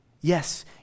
Yes